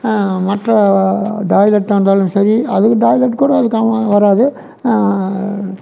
மற்ற டாய்லட்டாக இருந்தாலும் சரி அல்லது டாய்லட் கூட அதுக்கான வராது